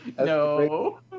No